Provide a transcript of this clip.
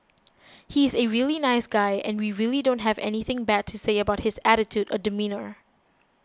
he is a really nice guy and we really don't have anything bad to say about his attitude or demeanour